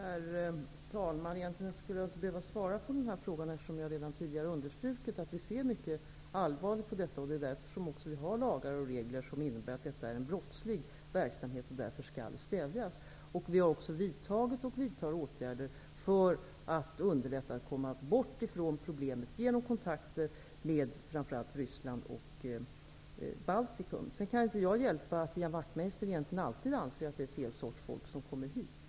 Herr talman! Egentligen skulle jag inte behöva svara på den här frågan, eftersom jag redan tidigare har understrukit att vi ser mycket allvarligt på detta. Det är därför vi har lagar och regler. Detta är en brottslig verksamhet som därför skall stävjas. Vi har också vidtagit, och vidtar, åtgärder för att komma bort från problemet. Vi har kontakter med framför allt Ryssland och Baltikum. Jag kan inte hjälpa att Ian Wachtmeister egentligen alltid anser att det är fel sorts människor som kommer hit.